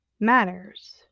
matters